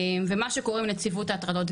ומה שקורה עם נציבות ההטרדות.